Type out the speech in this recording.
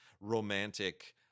romantic